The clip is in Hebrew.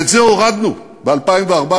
ואת זה הורדנו ב-2014.